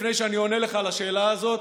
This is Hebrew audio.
לפני שאני עונה לך על השאלה הזאת,